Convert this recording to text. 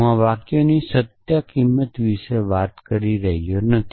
હું આ વાક્યોની સત્ય કિંમત વિશે વાત કરી રહ્યો નથી